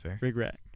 regret